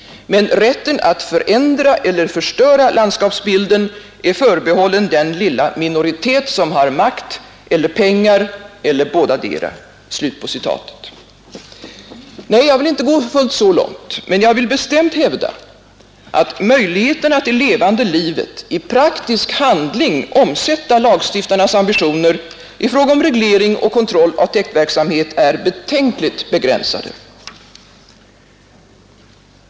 Men rätten att förändra eller förstöra landskapsbilden är förbehållen den lilla minoritet som har makt eller pengar eller bådadera.” Nej, jag vill inte gå fullt så långt, men jag vill bestämt hävda att möjligheterna att i levande livet, i praktisk handling omsätta lagstiftarnas ambitioner i fråga om reglering och kontroll av täktverksamheten är betänkligt begränsade.